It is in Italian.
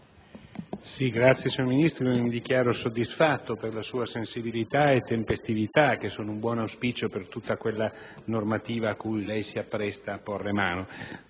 Signor Ministro, mi dichiaro soddisfatto per la sua sensibilità e per la sua tempestività, che sono un buon auspicio per tutta quella normativa a cui lei si appresta a porre mano.